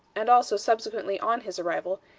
and also subsequently on his arrival,